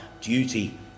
duty